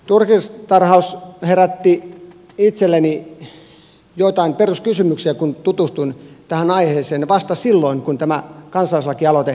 turkistarhaus herätti itselleni joitain peruskysymyksiä kun tutustuin tähän aiheeseen vasta silloin kun tämä kansalaislakialoitekeräys alkoi